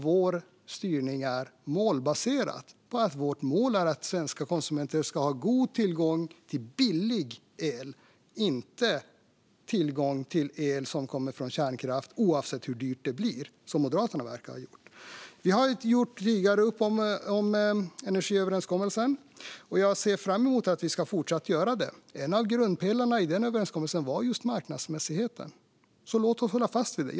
Vår styrning är målbaserad. Målet är att svenska konsumenter ska ha god tillgång till billig el, inte tillgång till el som kommer från kärnkraft oavsett hur dyr den än blir, vilket verkar vara Moderaternas mål. Vi har tidigare gjort upp om detta i energiöverenskommelsen. Jag ser fram emot att vi även göra det i fortsättningen. En av grundpelarna i den överenskommelsen var just marknadsmässigheten. Låt oss hålla fast vid det.